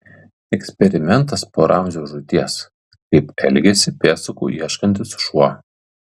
eksperimentas po ramzio žūties kaip elgiasi pėdsakų ieškantis šuo